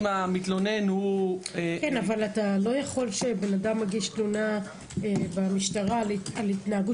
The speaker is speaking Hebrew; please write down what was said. אבל כשבן אדם מגיש תלונה על התנהגות